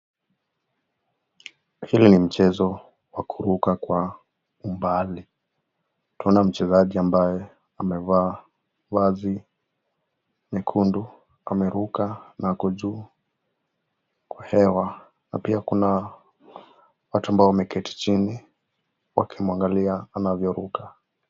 Hili ni mchezo wa kuruka kwa umbali, tunaona mchezaji ambaye amevaa vazi nyekundu, ameruka uku juu hewa na pia kuna watu ambaye wameketi chini, wakimwangalia anavyio ruka.